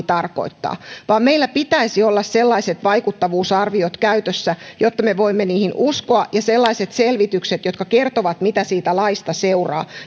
tarkoittaa vaan meillä pitäisi olla sellaiset vaikuttavuusarviot käytössämme jotta me voimme niihin uskoa ja sellaiset selvitykset jotka kertovat mitä siitä laista seuraa